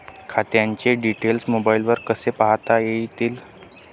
खात्याचे डिटेल्स मोबाईलने कसे पाहता येतील?